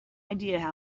idea